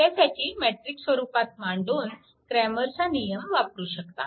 त्यासाठी ती मॅट्रिक्स स्वरूपात मांडून क्रॅमरचा नियम Kramer's Rule वापरू शकता